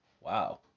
Wow